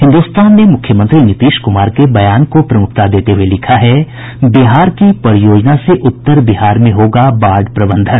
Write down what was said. हिन्दुस्तान ने मुख्यमंत्री नीतीश कुमार के बयान को प्रमुखता देते हुए लिखा है बिहार की परियोजना से उत्तर भारत में होगा बाढ़ प्रबंधन